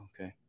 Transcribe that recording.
Okay